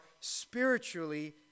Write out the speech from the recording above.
spiritually